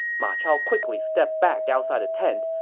ma chao quickly stepped back outside the tent,